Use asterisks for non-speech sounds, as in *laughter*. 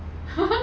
*laughs*